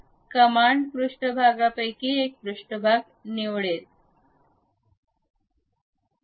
command पृष्ठभागांपैकी एक पृष्ठभाग निवडेल